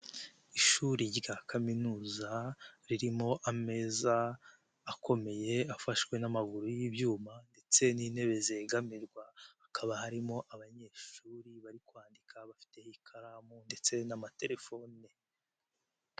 Ishuri rya kaminuza ririmo ameza akomeye afashwe n'amaguru y'ibyuma ndetse n'intebe zegamirwa, hakaba harimo abanyeshuri bari kwandika bafite ikaramu ndetse n'amatelefone.